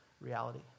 reality